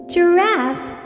Giraffes